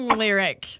lyric